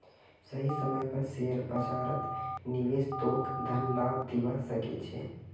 सही समय पर शेयर बाजारत निवेश तोक धन लाभ दिवा सके छे